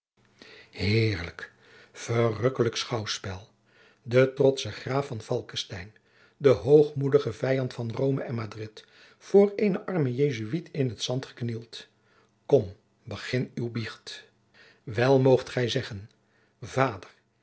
heerlijk verrukkelijk schouwspel de trotsche graaf van falckestein de hoogmoedige vijand van rome en madrid voor eenen armen jesuit in het zand geknield kom begin uw biecht wel moogt gij zeggen pater